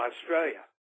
Australia